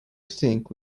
think